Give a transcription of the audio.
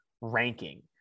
ranking